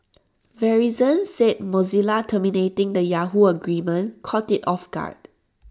verizon said Mozilla terminating the Yahoo agreement caught IT off guard